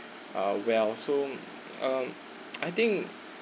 uh well so um I think